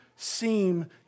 Seem